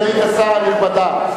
סגנית השר הנכבדה,